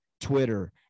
Twitter